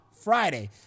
Friday